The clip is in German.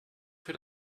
für